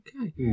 Okay